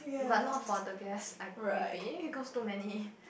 but not for the guests I maybe cause too many